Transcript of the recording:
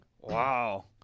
wow